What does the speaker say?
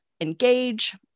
engage